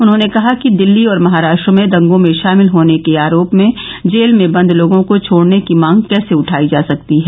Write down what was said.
उन्होंने कहा कि दिल्ली और महाराष्ट्र में दंगों में शामिल होने के आरोप में जेल में बंद लोगों को छोड़ने की मांग कैसे उठायी जा सकती है